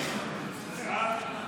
נתקבלה.